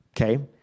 okay